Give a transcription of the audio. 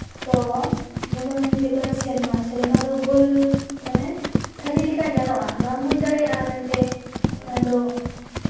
ᱛᱚ ᱡᱮᱢᱚᱱ ᱦᱩᱭᱩᱜ ᱠᱟᱱᱟ ᱥᱮᱨᱢᱟ ᱥᱮᱨᱢᱟ ᱫᱚ ᱜᱳᱞ ᱢᱟᱱᱮ ᱛᱷᱟᱹᱨᱤ ᱞᱮᱠᱟ ᱧᱮᱞᱚᱜᱼᱟ ᱵᱟᱢ ᱵᱩᱡᱽ ᱫᱟᱲᱮᱭᱟᱜᱼᱟ ᱢᱮᱱᱛᱮ ᱚᱱᱟᱫᱚ